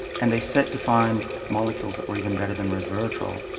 and they set to find molecules that were even better than resveratrol.